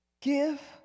Give